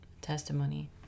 testimony